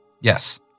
Yes